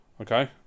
Okay